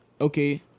Okay